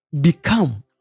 become